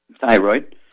thyroid